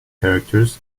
characters